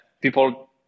people